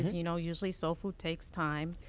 you know usually soul food takes time.